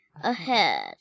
ahead